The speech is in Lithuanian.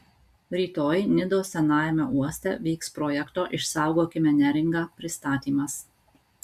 rytoj nidos senajame uoste vyks projekto išsaugokime neringą pristatymas